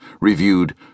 reviewed